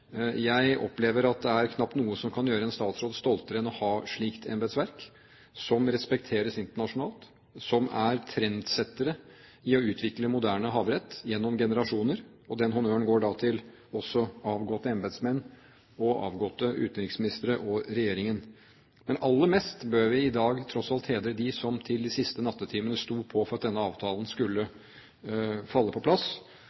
Jeg opplever at det knapt er noe som kan gjøre en statsråd stoltere enn å ha et slikt embetsverk, som respekteres internasjonalt, og som er trendsetter i å utvikle moderne havrett – gjennom generasjoner. Den honnøren går da også til avgåtte embetsmenn og avgåtte utenriksministre og regjeringer. Men aller mest bør vi i dag tross alt hedre dem som til de siste nattetimer sto på for at denne avtalen skulle falle på plass.